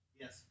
Yes